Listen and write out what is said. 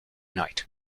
night